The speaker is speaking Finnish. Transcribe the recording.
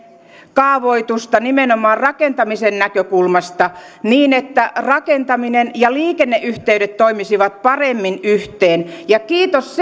kaavoitusta nimenomaan rakentamisen näkökulmasta niin että rakentaminen ja liikenneyhteydet toimisivat paremmin yhteen ja kiitos